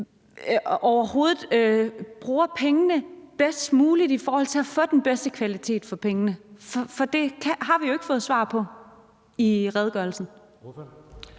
overhovedet bruger pengene bedst muligt i forhold til at få den bedste kvalitet for pengene? For det har vi jo ikke fået svar på i redegørelsen.